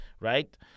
right